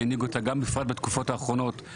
שאותה הוא הנהיג גם בתקופות האחרונות.